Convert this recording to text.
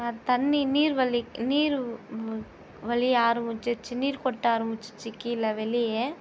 தண்ணி நீர் வலி நீர் வழிய ஆரமிச்சிருச்சு நீர் கொட்ட ஆரமிச்சிருச்சு கீழே வெளியே